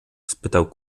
spytał